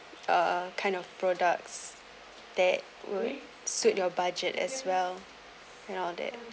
uh kind of products that will suit your budget as well you know all that